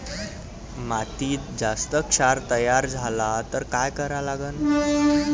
मातीत जास्त क्षार तयार झाला तर काय करा लागन?